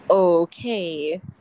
Okay